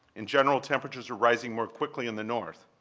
in general, temperatures are rising more quickly in the north.